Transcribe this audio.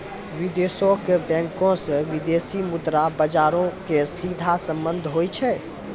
विदेशो के बैंको से विदेशी मुद्रा बजारो के सीधा संबंध होय छै